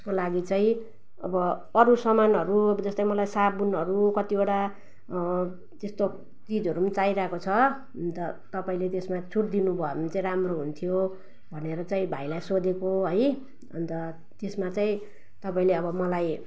त्यसको लागि चाहिँ अब अरू समानहरू अब जस्तै मलाई साबुनहरू कतिवटा त्यस्तो चिजहरू पनि चाहिरहेको छ अनि त तपाईँले त्यसमा छुट दिनुभयो भने चाहिँ राम्रो हुन्थ्यो भनेर चाहिँ भाइलाई सोधेको है अनि त त्यसमा चाहिँ तपाईँले अब मलाई